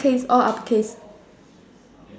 upper case all upper case